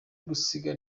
gusiga